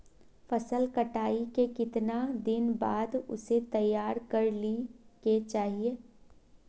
फसल कटाई के कीतना दिन बाद उसे तैयार कर ली के चाहिए?